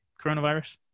coronavirus